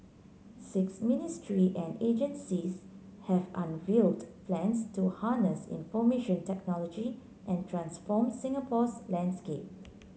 six ministry and agencies have unveiled plans to harness information technology and transform Singapore's landscape